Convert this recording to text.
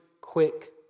quick